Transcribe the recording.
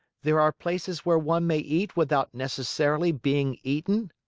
there are places where one may eat without necessarily being eaten?